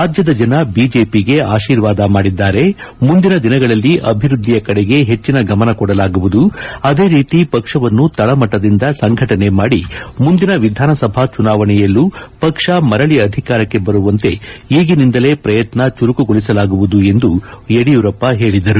ರಾಜ್ಯದ ಜನ ಬಿಜೆಪಿಗೆ ಆಶೀರ್ವಾದ ಮಾಡಿದ್ದಾರೆ ಮುಂದಿನ ದಿನಗಳಲ್ಲಿ ಅಭಿವೃದ್ದಿಯ ಕಡೆಗೆ ಹೆಚ್ಚಿನ ಗಮನ ಕೊಡಲಾಗುವುದು ಅದೇ ರೀತಿ ಪಕ್ಷವನ್ನು ತಳಮಟ್ಟದಿಂದ ಸಂಘಟನೆ ಮಾಡಿ ಮುಂದಿನ ವಿಧಾನಸಭಾ ಚುನಾವಣೆಯಲ್ಲೂ ಪಕ್ಷ ಮರಳಿ ಅಧಿಕಾರಕ್ಕೆ ಬರುವಂತೆ ಈಗಿನಿಂದಲೇ ಪ್ರಯತ್ನ ಚುರುಕುಗೊಳಿಸಲಾಗುವುದು ಎಂದು ಯಡಿಯೂರಪ್ಪ ಹೇಳಿದರು